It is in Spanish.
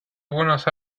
buenos